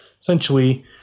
essentially